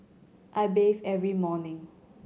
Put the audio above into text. I bathe every morning